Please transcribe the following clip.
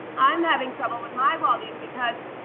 i am having trouble with my volume because